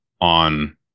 on